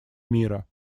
мира